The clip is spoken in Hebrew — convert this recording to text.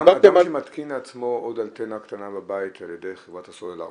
אדם שמתקין לעצמו עוד אנטנה קטנה בבית על ידי חברת הסלולר